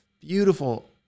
beautiful